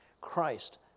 Christ